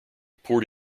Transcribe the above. poured